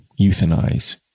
euthanize